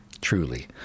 Truly